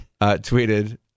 tweeted